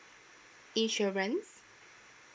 insurance